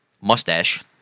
mustache